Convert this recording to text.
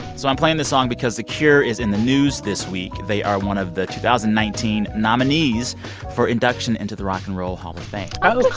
so i'm playing this song because the cure is in the news this week. they are one of the two thousand and nineteen nominees for induction into the rock and roll hall of fame oh,